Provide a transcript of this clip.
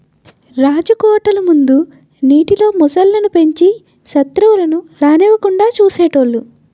రాజకోటల ముందు నీటిలో మొసళ్ళు ను పెంచి సెత్రువులను రానివ్వకుండా చూసేటోలు